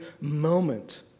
moment